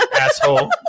asshole